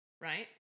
right